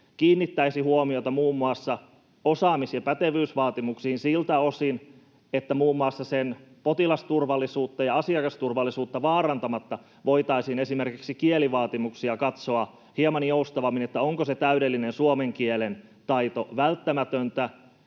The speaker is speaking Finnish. kiinnittäisi huomiota muun muassa osaamis‑ ja pätevyysvaatimuksiin siltä osin, että potilasturvallisuutta ja asiakasturvallisuutta vaarantamatta voitaisiin esimerkiksi kielivaatimuksia katsoa hieman joustavammin, niin että onko se täydellinen suomen kielen taito välttämätöntä,